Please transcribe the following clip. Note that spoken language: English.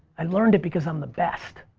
i learned it because i'm the best.